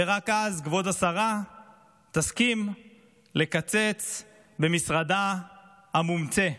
ורק אז כבוד השרה תסכים לקצץ במשרדה המומצא.